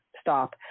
stop